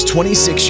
26